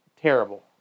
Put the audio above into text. Terrible